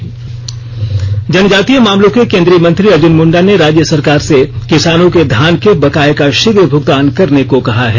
अर्जुन मुंडा जनजातीय मामलों के केंद्रीय मंत्री अर्जुन मुंडा ने राज्य सरकार से किसानों के धान के बकाए का शीघ भूगतान करने को कहा है